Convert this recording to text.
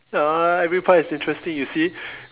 ya every part is interesting you see